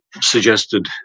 suggested